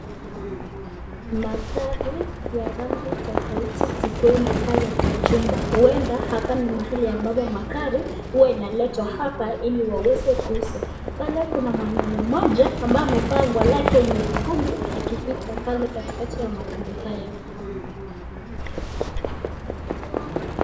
Magari ya rangi tofauti zikiwemo pale kwa chumba, huenda hapa ni mahali ambapo magari hua inaletwa hapa ili waweze kuuza. Pale kuna mwanaume mmoja ambaye amevaa nguo lake nyekundu akipita pale katikati ya magari hayo.